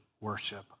worship